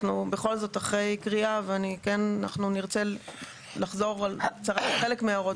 אנחנו בכל זאת אחרי קריאה ונרצה לחזור על חלק מההוראות.